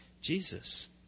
Jesus